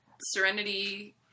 Serenity